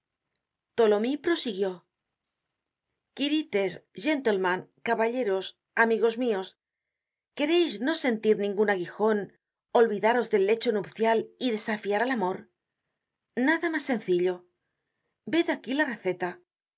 tholomyes prosiguió quirites gentlemen caballeros amigos mios quereis no sentir ningun aguijon olvidaros del lecho nupcial y desafiar al amor nada mas sencillo ved aquí la receta